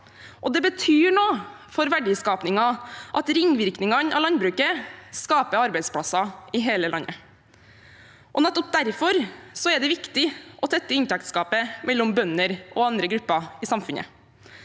det betyr noe for verdiskapingen at ringvirkningene av landbruket skaper arbeidsplasser i hele landet. Nettopp derfor er det viktig å tette inntektsgapet mellom bønder og andre grupper i samfunnet.